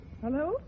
Hello